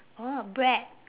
orh bread